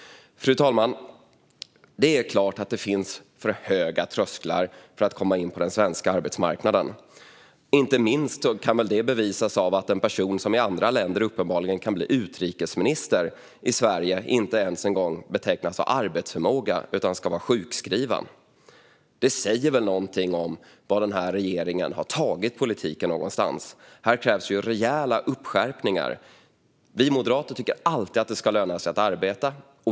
Fru talman! Det är klart att det finns för höga trösklar för att komma in på den svenska arbetsmarknaden. Inte minst kan det bevisas av att en person som i andra länder uppenbarligen kan bli utrikesminister i Sverige inte ens en gång betecknas ha arbetsförmåga utan ska vara sjukskriven. Det säger väl någonting om vart denna regering har tagit politiken. Här krävs rejäla skärpningar. Vi moderater tycker alltid att det ska löna sig att arbeta.